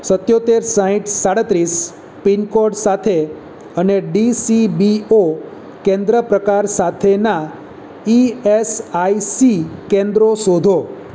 સત્તોતેર સાઠ સાડત્રીસ પિનકોડ સાથે અને ડી સી બી ઓ કેન્દ્ર પ્રકાર સાથેનાં ઇ એસ આઇ સી કેન્દ્રો શોધો